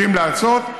יודעים לעשות,